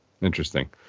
Interesting